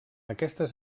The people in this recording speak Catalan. aquestes